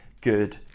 good